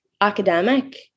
academic